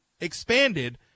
expanded